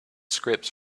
scripts